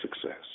success